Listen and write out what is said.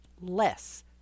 less